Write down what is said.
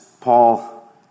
Paul